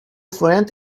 friend